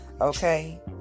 okay